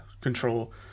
control